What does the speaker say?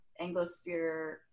Anglosphere